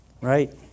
Right